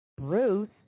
Bruce